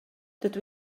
dydw